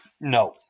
No